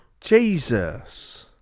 Jesus